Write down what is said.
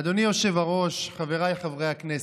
אדוני היושב-ראש, חבריי חברי הכנסת,